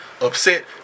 upset